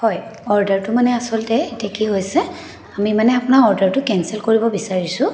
হয় অৰ্ডাৰটো মানে আচলতে ঠিকে হৈছে আমি মানে আপোনাৰ অৰ্ডাৰটো কেঞ্চেল কৰিব বিচাৰিছোঁ